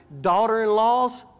daughter-in-laws